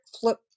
flip